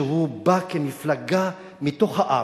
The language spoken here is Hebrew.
שבא כמפלגה מתוך העם,